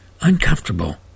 uncomfortable